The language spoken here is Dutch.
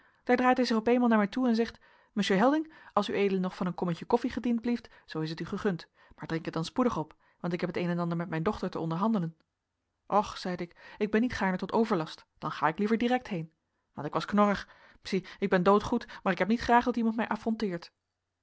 daar draait hij zich op eenmaal naar mij toe en zegt monsieur helding als ued nog van een kommetje koffie gediend blieft zoo is het u gegund maar drink het dan spoedig op want ik heb het een en ander met mijn dochter te onderhandelen och zeide ik ik ben niet gaarne tot overlast dan ga ik liever direct heen want ik was knorrig zie ik ben doodgoed maar ik heb niet graag dat iemand mij affronteert